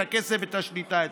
את הכסף ואת השליטה אצלו.